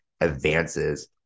advances